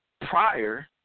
prior